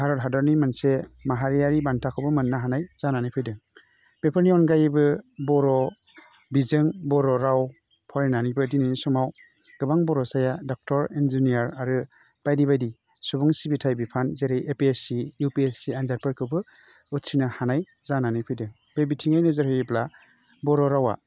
भारत हादरनि मोनसे माहारियारि बान्थाखौबो मोनो हानाय जानानै फैदों बेफोरनि अनगायैबो बर' बिजों बर' राव फरायनानैबो दिनैनि समाव गोबां बर'साया डाॅक्टर इनजिनियार आरो बायदि बायदि सुबुं सिबिथाइ बिफान जेरै एफिसि इउफिसि आन्जादफोरखौबो उथ्रिनो हानाय जानानै फैदों बे बिथिङै नोजोर होयोब्ला बर' रावा